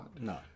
No